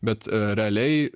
bet realiai